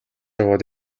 аваад